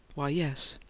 why, yes!